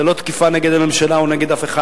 זה לא תקיפה נגד הממשלה או נגד אף אחד.